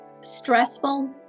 stressful